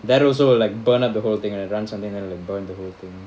that also like burn up the whole thing and it runs on burn the whole thing